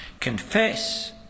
Confess